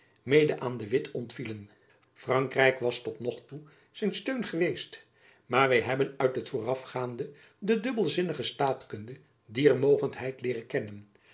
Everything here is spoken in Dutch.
mede aan de witt ontvielen frankrijk was tot nog toe zijn steun geweest maar wy hebben uit het voorafgaande de dubbelzinnige staatkunde dier mogendheid leeren kennen